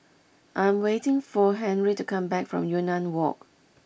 I'm waiting for Henry to come back from Yunnan Walk